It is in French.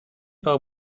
par